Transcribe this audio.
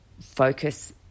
focus